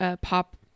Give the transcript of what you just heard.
pop